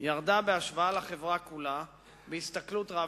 ירדה בהשוואה לחברה כולה בהסתכלות רב-שנתית.